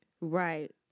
right